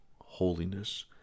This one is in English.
holiness